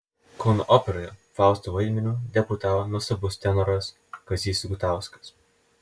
kauno operoje fausto vaidmeniu debiutavo nuostabus tenoras kazys gutauskas